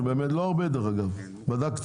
לא הרבה דרך אגב בדקתי,